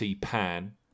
Pan